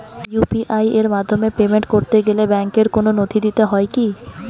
UPI এর মাধ্যমে payment করতে গেলে ব্যাংকের কোন নথি দিতে হয় কি?